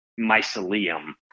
mycelium